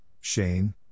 Shane